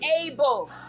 able